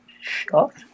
shot